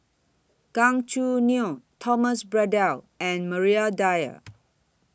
Gan Choo Neo Thomas Braddell and Maria Dyer